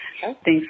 thanks